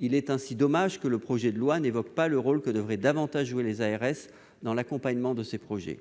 il est dommage que le projet de loi n'évoque pas le rôle que devraient davantage jouer les ARS dans l'accompagnement de ces projets.